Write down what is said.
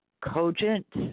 Cogent